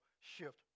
shift